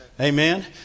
Amen